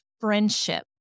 friendship